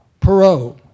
Perot